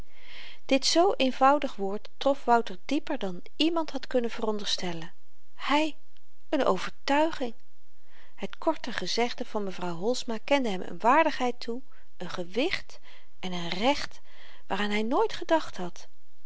dit zoo eenvoudig woord trof wouter dieper dan iemand had kunnen veronderstellen hy n overtuiging het korte gezegde van mevrouw holsma kende hem n waardigheid toe n gewicht en n recht waaraan hy nooit gedacht had